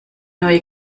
neue